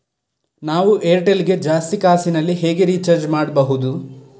ನಾವು ಏರ್ಟೆಲ್ ಗೆ ಜಾಸ್ತಿ ಕಾಸಿನಲಿ ಹೇಗೆ ರಿಚಾರ್ಜ್ ಮಾಡ್ಬಾಹುದು?